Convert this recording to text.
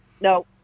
no